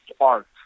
art